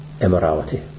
immorality